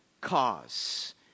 cause